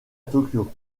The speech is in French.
tokyo